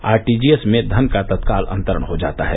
RTGS में धन का तत्काल अंतरण हो जाता है